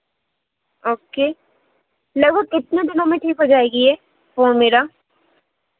okay लगभग कितने दिनों में ठीक हो जाएगी ये फोन मेरा